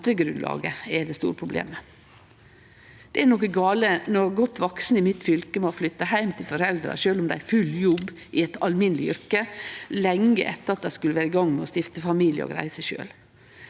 Det er noko gale når godt vaksne i mitt fylke må flytte heim til foreldra, sjølv om dei har full jobb i eit alminneleg yrke, og lenge etter at dei skulle ha vore i gang med å stifte familie og greie seg sjølve.